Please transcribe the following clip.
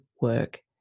work